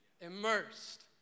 immersed